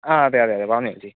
ആ അതെ അതെ അതെ വാങ്ങാനാ ചേച്ചി